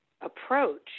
approach